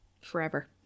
forever